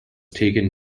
taken